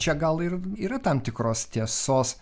čia gal ir yra tam tikros tiesos